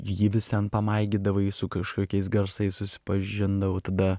jį vis ten pamaigydavai su kažkokiais garsais susipažindavau tada